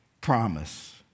promise